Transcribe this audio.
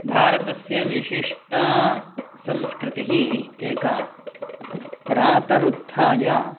भारतस्य विशिष्टा संस्कृतिः एका प्रातरुत्थाय